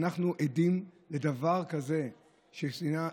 כשאנחנו עדים לדבר כזה של שנאה,